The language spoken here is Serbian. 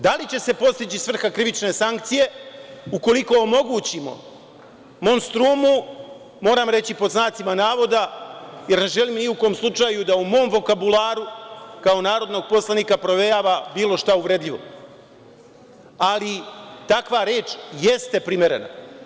Da li će se postići svrha krivične sankcije ukoliko omogućimo monstrumu, moram reći pod znacima navoda, jer ne želim ni u kom slučaju da u mom vokabularu kao narodnog poslanika provejava bilo šta uvredljivo, ali takva reč jeste primerena.